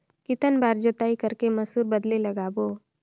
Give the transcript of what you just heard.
कितन बार जोताई कर के मसूर बदले लगाबो?